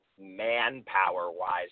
manpower-wise